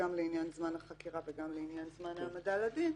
לעניין זמן החקירה וגם לעניין זמן העמדה לדין,